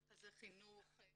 רכזי חינוך,